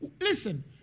Listen